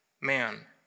man